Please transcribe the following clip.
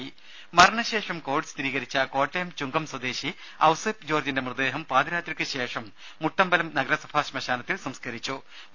രുദ മരണശേഷം കോവിഡ് സ്ഥിരീകരിച്ച കോട്ടയം ചുങ്കം സ്വദേശി ഔസേപ് ജോർജിന്റെ മൃതദേഹം പാതിരാത്രിക്കു ശേഷം മുട്ടമ്പലം നഗരസഭാ ശ്മശാനത്തിൽ അടക്കി